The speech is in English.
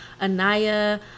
Anaya